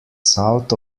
south